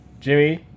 Jimmy